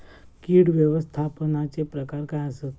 कीड व्यवस्थापनाचे प्रकार काय आसत?